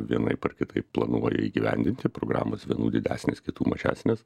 vienaip ar kitaip planuoja įgyvendinti programos vienų didesnės kitų mažesnės